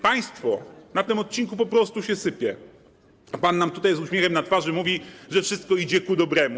Państwo na tym odcinku po prostu się sypie, a pan nam tutaj z uśmiechem na twarzy mówi, że wszystko idzie ku dobremu.